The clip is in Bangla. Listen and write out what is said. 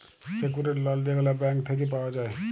সেক্যুরড লল যেগলা ব্যাংক থ্যাইকে পাউয়া যায়